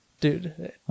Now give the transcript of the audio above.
Dude